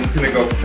gonna go